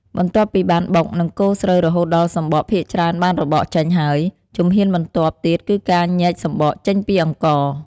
បន្ទាប់ពីបានបុក និងកូរស្រូវរហូតដល់សម្បកភាគច្រើនបានរបកចេញហើយ ជំហានបន្ទាប់ទៀតគឺការញែកសម្បកចេញពីអង្ករ។